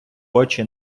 очі